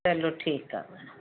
चलो ठीकु आहे भेण